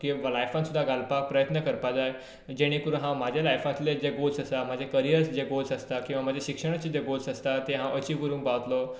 लायफांत सुद्दां घालपा प्रयत्न करपा जाय जेणे करून हांव म्हज्या लायफांतले जे गोल्स आसा म्हजे करियर जे गोल्स आसता किंवा म्हजें शिक्षणाचें जे गोल्स आसता ते हांव अचीव करूंक पावतलो आनी